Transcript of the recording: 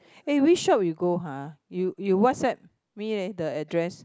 eh which shop you go !huh! you you WhatsApp me leh the address